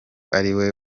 ariwe